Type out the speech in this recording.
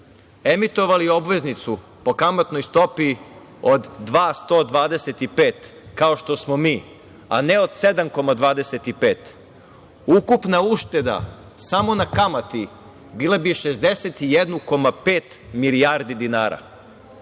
emitovali obveznicu po kamatnoj stopi od 2,125% kao što smo mi, a ne od 7,25%, ukupna ušteda sam ona kamati bila bi 61,5 milijardi dinara.